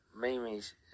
Mimi's